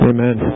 Amen